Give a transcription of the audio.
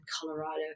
Colorado